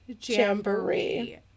Jamboree